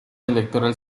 electoral